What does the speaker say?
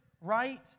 right